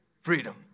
Freedom